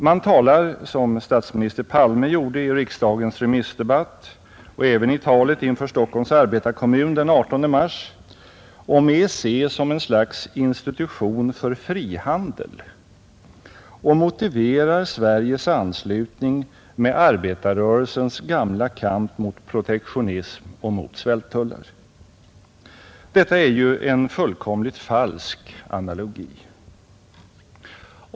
Man talar — som statsminister Palme gjorde i riksdagens remissdebatt och även i talet inför Stockholms Arbetarekommun den 18 mars — om EEC som ett slags institution för frihandel och motiverar Sveriges anslutning med arbetarrörelsens gamla kamp mot protektionism och mot svälttullar. Detta är ju en fullkomligt falsk analogi.